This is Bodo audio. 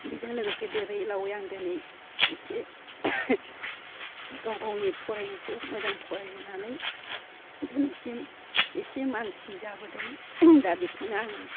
बेजों लोगोसे देरै लावै आं दिनै एसे गाव गावनि फरायनायखौ मोजां फरायबोनानै दिनैसिम एसे मानसि जाबोदों दा बेखौनो आङो